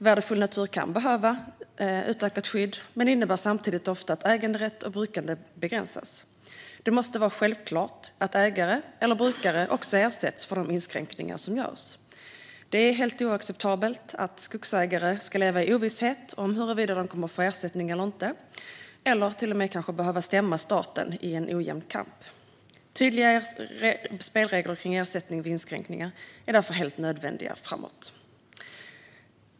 Värdefull natur kan behöva utökat skydd, men det innebär samtidigt ofta att äganderätt och brukande begränsas. Det måste vara självklart att ägare eller brukare också ersätts för de inskränkningar som görs. Det är helt oacceptabelt att skogsägare ska leva i ovisshet om huruvida de kommer att få ersättning eller inte eller till och med kanske behöva stämma staten och föra en ojämn kamp. Tydliga spelregler kring ersättning vid inskränkningar är därför helt nödvändiga framöver.